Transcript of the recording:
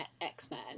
x-men